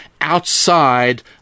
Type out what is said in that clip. outside